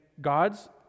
God's